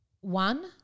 one